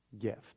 gift